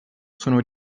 sono